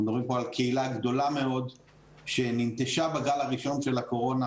אנחנו מדברים פה על קהילה גדולה מאוד שננטשה בגל הראשון של הקורונה,